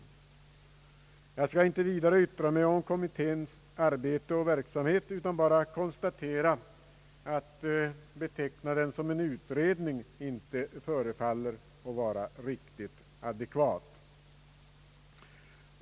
Jag skall inte vidare yttra mig om kommitténs arbete och verksamhet utan bara konstatera att det inte förefaller vidare adekvat att beteckna den som en utredning.